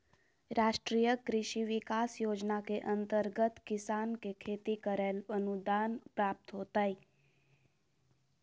राष्ट्रीय कृषि विकास योजना के अंतर्गत किसान के खेती करैले अनुदान प्राप्त होतय